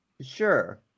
sure